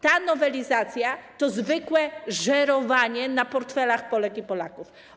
Ta nowelizacja to zwykłe żerowanie na portfelach Polek i Polaków.